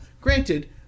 Granted